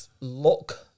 look